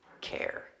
care